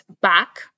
back